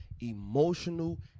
emotional